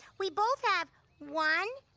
we both have one,